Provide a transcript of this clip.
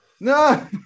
No